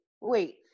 wait